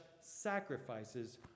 sacrifices